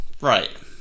Right